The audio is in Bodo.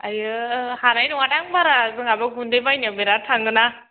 आयो हानाय नङादां बारा जोंहाबो गुन्दै बायनायाव बिराद थाङोना